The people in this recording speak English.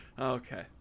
Okay